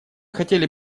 хотели